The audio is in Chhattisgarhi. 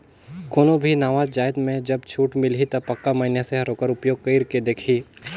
कोनो भी नावा जाएत में जब छूट मिलही ता पक्का मइनसे हर ओकर उपयोग कइर के देखही